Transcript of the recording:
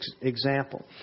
example